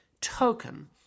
token